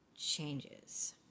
changes